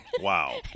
Wow